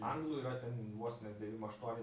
anglų yra ten vos ne devym aštuoni